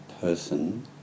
Person